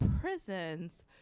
prisons